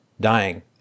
dying